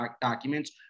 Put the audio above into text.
documents